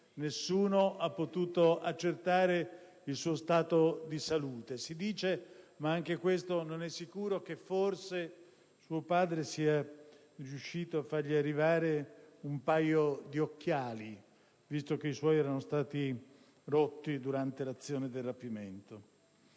nessuno ha potuto accertare il suo stato di salute. Si dice, ma anche questo non è sicuro, che forse suo padre sia riuscito a fargli arrivare un paio di occhiali, visto che i suoi erano stati rotti durante l'azione del rapimento.